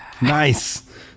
Nice